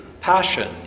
passion